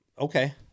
okay